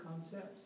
concepts